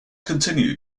continue